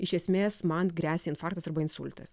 iš esmės man gresia infarktas arba insultas